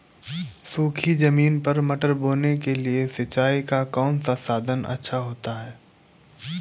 सूखी ज़मीन पर मटर बोने के लिए सिंचाई का कौन सा साधन अच्छा होता है?